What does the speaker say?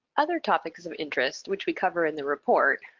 other topics of interest which we cover in the report,